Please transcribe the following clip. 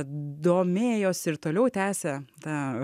domėjosi ir toliau tęsia tą